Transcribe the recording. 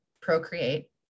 procreate